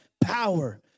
Power